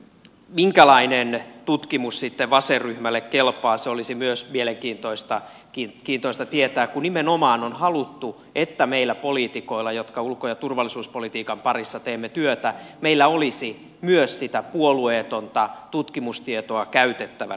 minkälainen tutkimus sitten vasenryhmälle kelpaa se olisi myös mielenkiintoista tietää kun nimenomaan on haluttu että meillä poliitikoilla jotka ulko ja turvallisuuspolitiikan parissa teemme työtä olisi myös sitä puolueetonta tutkimustietoa käytettävänä